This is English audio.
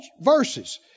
verses